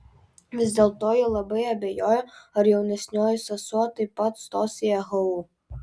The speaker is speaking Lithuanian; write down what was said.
vis dėlto ji labai abejojo ar jaunesnioji sesuo taip pat stos į ehu